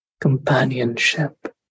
companionship